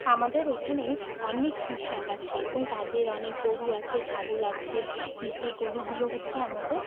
আমাদের এখানে অনেক কৃষক আছে এবং তাদের অনেক গরু আছে ছাগল আছে যে গরুগুলো হচ্ছে আমাদের